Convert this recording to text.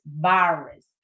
virus